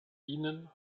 ihnen